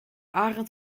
arend